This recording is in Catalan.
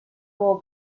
bou